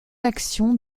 actions